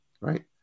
right